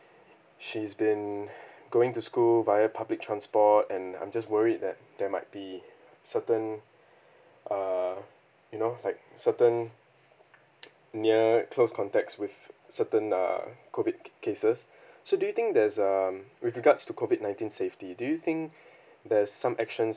she's been going to school via public transport and I'm just worried that there might be certain err you know like certain near close contacts with certain uh COVID cases so do you think there's um with regards to COVID nineteen safety do you think there's some actions